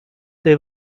they